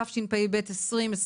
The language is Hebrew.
תשפ"ב-2022.